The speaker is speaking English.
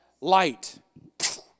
light